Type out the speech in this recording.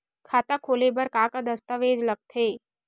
खाता खोले बर का का दस्तावेज लगथे?